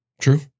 True